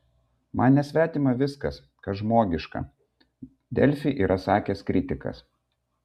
man nesvetima viskas kas žmogiška delfi yra sakęs kritikas